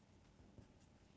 I I have no idea